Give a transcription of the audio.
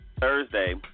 Thursday